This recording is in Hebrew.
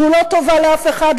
והוא לא טובה לאף אחד,